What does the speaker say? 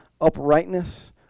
uprightness